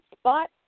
spot